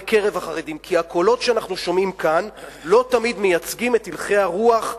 כי הקולות שאנחנו שומעים כאן לא תמיד מייצגים את הלכי הרוח,